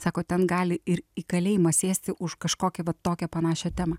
sako ten gali ir į kalėjimą sėsti už kažkokią va tokią panašią temą